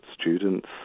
students